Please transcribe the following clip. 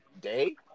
day